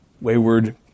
wayward